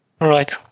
Right